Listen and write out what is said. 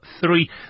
three